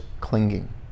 clinging